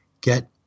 get